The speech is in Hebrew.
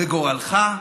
בגורלך,